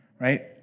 Right